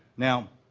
now